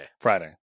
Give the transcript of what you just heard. Friday